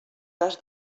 cas